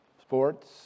sports